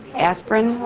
aspirin?